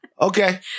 Okay